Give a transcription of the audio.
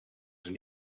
zijn